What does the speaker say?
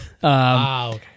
Wow